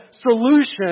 solution